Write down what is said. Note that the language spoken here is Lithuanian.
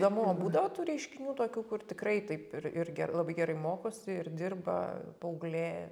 įdomu o būdavo tų reiškinių tokių kur tikrai taip ir ir ger labai gerai mokosi ir dirba paauglė